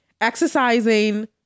exercising